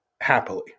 happily